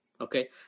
okay